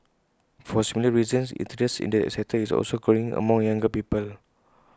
for similar reasons interest in the sector is also growing among younger people